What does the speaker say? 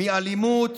מאלימות